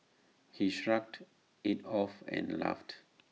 he shrugged IT off and laughed